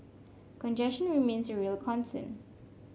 congestion remains a real concern